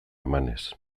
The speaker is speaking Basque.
emanez